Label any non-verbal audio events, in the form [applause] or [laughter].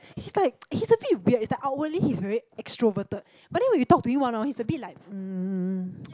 he's like [noise] he's a bit weird it's like outwardly he's very extroverted but then when you talk to him one orh he's a bit like um [noise]